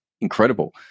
incredible